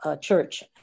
church